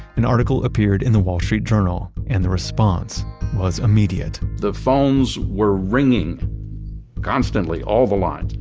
an article appeared in the wall street journal, and the response was immediate. the phones were ringing constantly. all the lines.